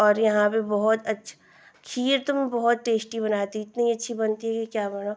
और यहाँ पर बहुत खीर तो मैं बहुत टेस्टी बनाती हूँ इतनी अच्छी बनती है कि क्या बोलूँ